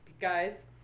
guys